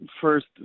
first